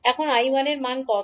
এখন 𝐈1 এর মান কত